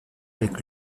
avec